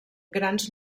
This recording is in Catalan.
grans